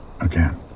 again